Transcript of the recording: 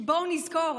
כי בואו נזכור,